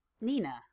Nina